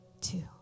two